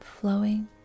flowing